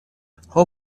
hopefully